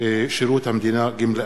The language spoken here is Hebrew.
שירות המדינה (גמלאות)